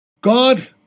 God